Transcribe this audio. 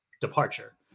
departure